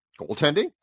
goaltending